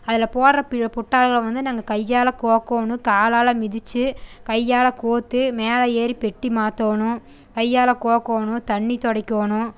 அதில் போடுற பி புட்டாங்களை வந்து நாங்கள் கையால் கோர்க்கோணும் காலால் மிதிச்சு கையால் கோர்த்து மேலே ஏறி பெட்டி மாற்றோணும் கையால் கோர்க்கோணும் தண்ணி தொடைக்கணும்